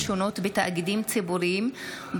בינתיים, הודעה לסגנית מזכיר הכנסת.